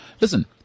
Listen